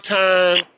time